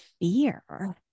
fear